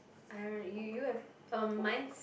I don't know you you have a mine